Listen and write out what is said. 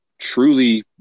truly